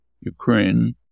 Ukraine